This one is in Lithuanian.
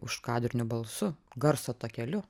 užkadriniu balsu garso takeliu